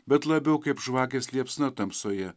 bet labiau kaip žvakės liepsna tamsoje